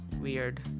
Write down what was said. Weird